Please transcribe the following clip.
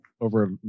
over